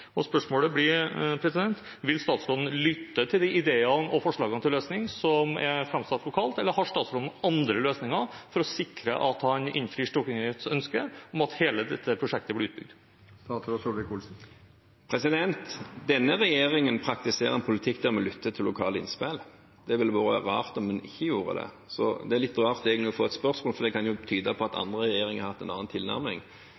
Spørsmålet blir: Vil statsråden lytte til de ideene og forslagene til løsning som er framsatt lokalt, eller har statsråden andre løsninger for å sikre at han innfrir Stortingets ønske om at hele dette prosjektet blir utbygd? Denne regjeringen praktiserer en politikk der vi lytter til lokale innspill. Det ville vært rart om en ikke gjorde det. Så det er litt rart, egentlig, å få et slikt spørsmål, for det kan jo tyde på at